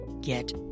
get